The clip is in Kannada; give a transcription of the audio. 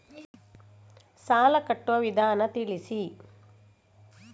ಸಾಲ ಕಟ್ಟುವ ವಿಧಾನ ತಿಳಿಸಿ?